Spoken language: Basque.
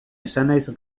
esanahiz